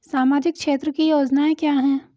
सामाजिक क्षेत्र की योजनाएं क्या हैं?